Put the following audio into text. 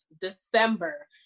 December